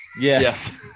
yes